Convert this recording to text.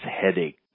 headache